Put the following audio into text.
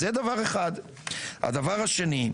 הדבר השני,